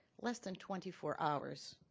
less than twenty four hours,